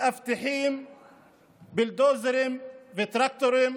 מאבטחים בולדוזרים וטרקטורים